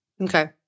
Okay